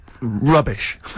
Rubbish